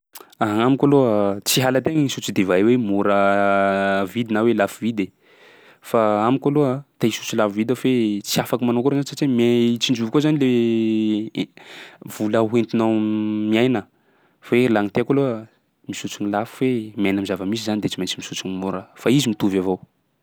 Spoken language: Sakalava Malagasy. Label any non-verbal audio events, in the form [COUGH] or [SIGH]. [NOISE] Amiko aloha, tsy halan-tegna i misotso divay io hoe mora [HESITATION] vidy na hoe lafo vidy fa amiko aloha te hisotso lafo vidy aho fe tsy afaky manao akory zany satsia me- tsinjovy koa zany le [HESITATION] e- vola hoentinao [HESITATION] miaina fa io laha ny tiako aloha misotso ny lafo fe miaina am'zava-misy zany de tsy maintsy misotso ny mora fa izy mitovy avao.